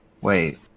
Wait